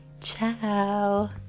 ciao